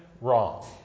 wrong